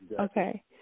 Okay